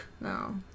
No